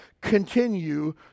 continue